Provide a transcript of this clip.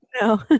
No